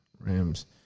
Rams